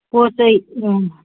ꯄꯣꯠ ꯆꯩ ꯑ